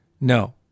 No